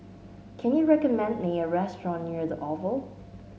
can you recommend me a restaurant near the Oval